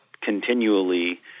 continually